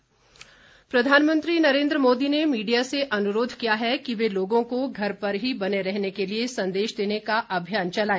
media प्रधानमंत्री नरेंद्र मोदी ने media से अनुरोध किया है कि वह लोगों को घर पर ही बने रहने के लिए संदेश देने का अभियान चलाए